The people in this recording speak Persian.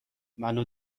منو